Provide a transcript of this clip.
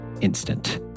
instant